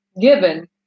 given